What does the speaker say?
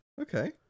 Okay